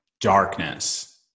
darkness